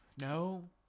no